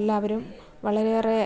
എല്ലാവരും വളരെയേറെ